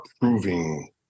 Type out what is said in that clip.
proving